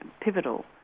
pivotal